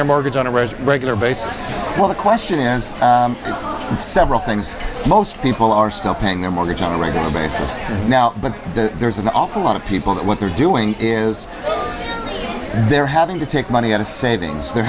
their mortgage on a regular basis well the question is several things most people are still paying their mortgage on a regular basis now but there's an awful lot of people that what they're doing is they're having to take money out of savings they're